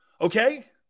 okay